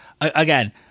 again